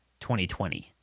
2020